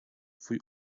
twój